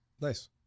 Nice